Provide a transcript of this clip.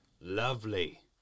Lovely